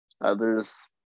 others